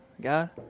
God